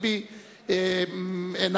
אינה